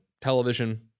television